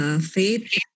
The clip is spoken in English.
faith